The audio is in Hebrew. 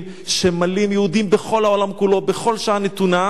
שמלים יהודים בכל העולם כולו בכל שעה נתונה,